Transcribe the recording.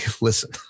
listen